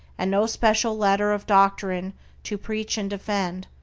and no special letter of doctrine to preach and defend,